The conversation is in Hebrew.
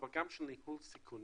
אלא גם של ניהול סיכונים,